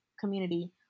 community